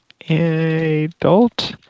Adult